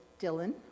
Dylan